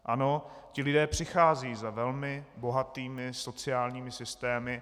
Ano, ti lidé přicházejí za velmi bohatými sociálními systémy.